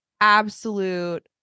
absolute